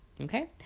okay